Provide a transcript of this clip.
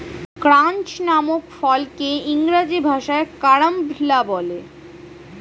ক্রাঞ্চ নামক ফলকে ইংরেজি ভাষায় কারাম্বলা বলে